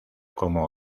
como